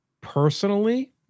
Personally